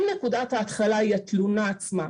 אם נקודת ההתחלה היא התלונה עצמה,